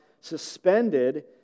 suspended